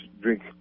drink